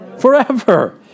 forever